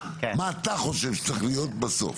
מה אתה חושב שצריך להיות בסוף?